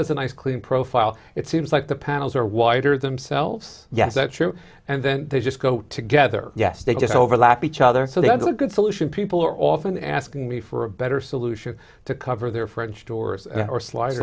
has a nice clean profile it seems like the panels are wider themselves yes that's true and then they just go together yes they just overlap each other so that's a good solution people are often asking me for a better solution to cover their french doors or slide